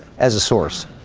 as a source